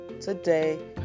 today